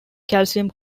calcium